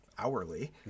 hourly